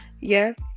Yes